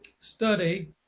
study